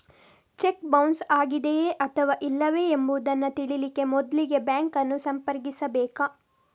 check bounce ಆಗಿದೆಯೇ ಅಥವಾ ಇಲ್ಲವೇ ಎಂಬುದನ್ನ ತಿಳೀಲಿಕ್ಕೆ ಮೊದ್ಲಿಗೆ ಬ್ಯಾಂಕ್ ಅನ್ನು ಸಂಪರ್ಕಿಸ್ಬೇಕು